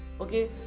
okay